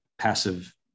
passive